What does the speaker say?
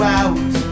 out